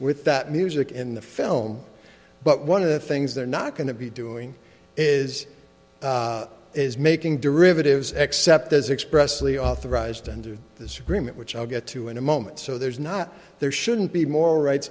that music in the film but one of the things they're not going to be doing is is making derivatives except as expressly authorized under this agreement which i'll get to in a moment so there's not there shouldn't be more rights